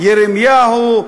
ירמיהו,